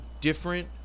different